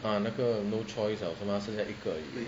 ah 那个 no choice liao 是吗剩下一个而已